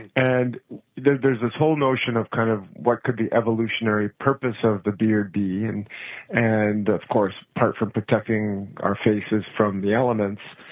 and and there's there's this whole notion of kind of what could be evolutionary purpose of the beard being, and and of course, apart from protecting our faces from the elements,